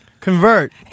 convert